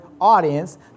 audience